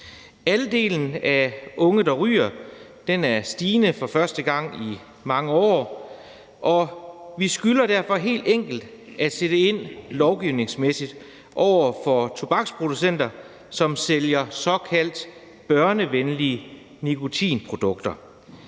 Andelen af unge, der ryger, er stigende for første gang i mange år, og vi skylder derfor helt enkelt at sætte ind lovgivningsmæssigt over for tobaksproducenter, som sælger såkaldt børnevenlige nikotinprodukter.